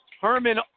Herman